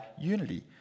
unity